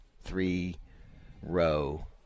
three-row